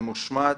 ממושמעת,